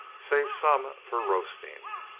save some for roasting.